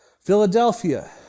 Philadelphia